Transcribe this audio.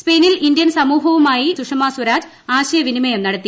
സ്പെയിനിൽ ഇന്ത്യൻ സമൂഹവുമായി സുഷമ സ്വരാജ് ആശയവിനിമയം നടത്തി